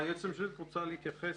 היועצת המשפטית את רוצה להתייחס?